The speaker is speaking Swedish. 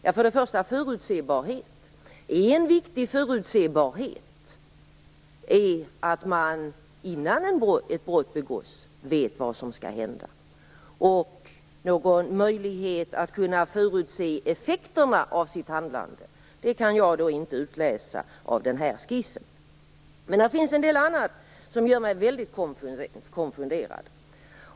Till att börja med är det en viktig förutsebarhet att man innan ett brott begås vet vad som skall hända. Någon möjlighet att förutse effekterna av sitt handlande kan jag inte utläsa av den här skissen, men där finns en del annat som gör mig väldigt konfunderad.